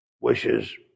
wishes